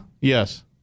yes